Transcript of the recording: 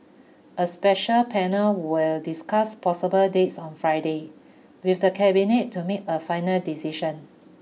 a special panel will discuss possible dates on Friday with the Cabinet to make a final decision